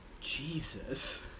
Jesus